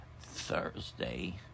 Thursday